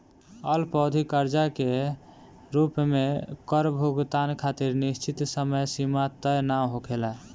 अल्पअवधि कर्जा के रूप में कर भुगतान खातिर निश्चित समय सीमा तय ना होखेला